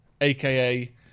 aka